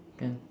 can